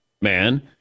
man